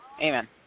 Amen